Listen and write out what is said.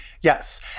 Yes